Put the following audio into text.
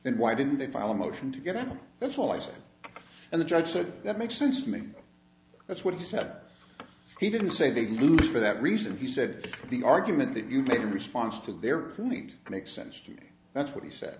then why didn't they file a motion to get it that's all i said and the judge said that makes sense to me that's what he said he didn't say they'd lose for that reason he said the argument that you take the response to their puneet makes sense to me that's what he said